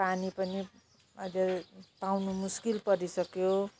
पानी पनि हजुर पाउनु मुस्किल परिसक्यो